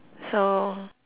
so